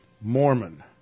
Mormon